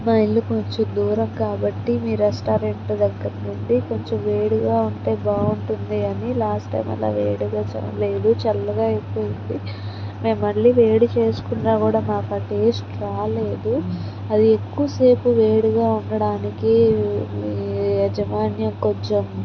మా ఇల్లు కొంచెం దూరం కాబట్టి మీ రెస్టారెంట్ దగ్గర నుండి కొంచెం వేడిగా ఉంటే బాగుంటుంది అని లాస్ట్ టైం అలా వేడిగా లేదు చల్లగా అయిపోయింది మేము మళ్ళి వేడి చేసుకున్నా కూడా మాకు ఆ టేస్ట్ రాలేదు అది ఎక్కువసేపు వేడిగా ఉండడానికి యజమాన్యం కొంచెం